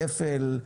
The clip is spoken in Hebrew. כפל,